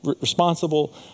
responsible